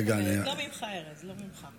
לא ממך, ארז, לא ממך.